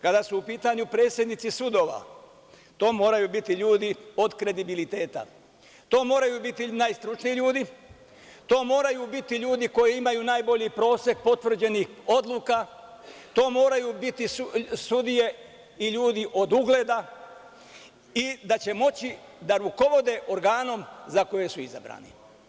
Kada su u pitanju predsednici sudova, to moraju biti ljudi od kredibiliteta, to moraju biti najstručniji ljudi, to moraju biti ljudi koji imaju najbolji prosek potvrđenih odluka, to moraju biti sudije i ljudi od ugleda i da će moći da rukovode organom za koje su izabrani.